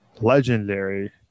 legendary